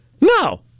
No